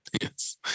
Yes